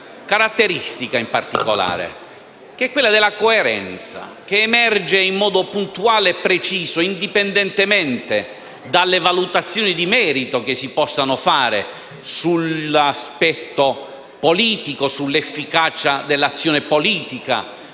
caratteristica in particolare, quella della coerenza, che emerge in modo puntuale e preciso, indipendentemente dalle valutazioni di merito che si possono fare sull'efficacia dell'azione politica